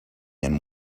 and